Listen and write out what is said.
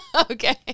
Okay